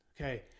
okay